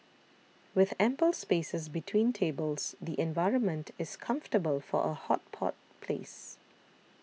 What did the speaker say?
with ample spaces between tables the environment is comfortable for a hot pot place